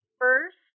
first